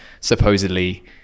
supposedly